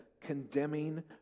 condemning